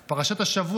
בפרשת השבוע,